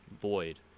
void